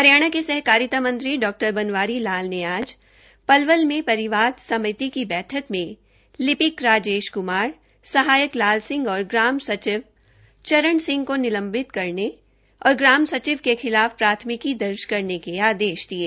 हरियाणा के सहकारिता मंत्री डॉ बनवारी लाल ने आज पलवल में परिवाद समिति की बैठक मे लिपिक राजेश कुमार सहायक लाल सिंह और ग्राम सचिव चरण सिंह को निलंवित कराने और ग्राम सचिव के खिलाफ प्राथमिकी दर्ज कराने के आदेश दिये